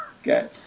okay